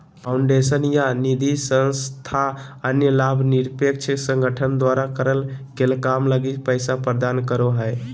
foundation या निधिसंस्था अन्य लाभ निरपेक्ष संगठन द्वारा करल गेल काम लगी पैसा प्रदान करो हय